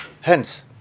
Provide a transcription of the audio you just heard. Hence